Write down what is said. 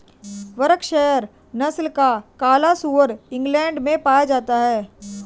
Berkshire नस्ल का काला सुअर इंग्लैण्ड में पाया जाता है